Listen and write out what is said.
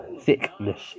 thickness